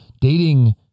dating